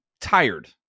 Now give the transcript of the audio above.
tired